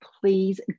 please